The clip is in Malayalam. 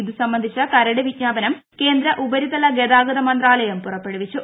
ഇതു സംബന്ധിച്ച കരട് വിജ്ഞാപനം കേന്ദ്ര ഉപരിതല ഗതാഗത മന്ത്രാലയം പുറപ്പെടുവിച്ചു